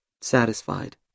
satisfied